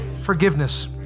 forgiveness